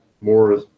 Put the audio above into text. more